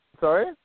Sorry